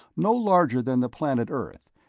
no larger than the planet earth,